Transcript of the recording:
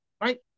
Right